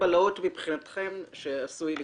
הבלהות שעשוי לקרות.